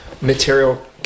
material